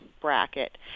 bracket